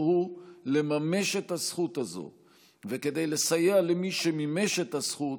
הוא לממש את הזכות הזאת וכדי לסייע למי שמימש את הזכות